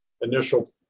initial